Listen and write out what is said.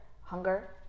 hunger